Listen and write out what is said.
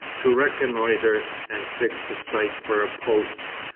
to reconnoitre and fix a site for a post.